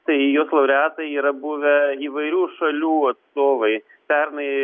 tai jos laureatai yra buvę įvairių šalių atstovai pernai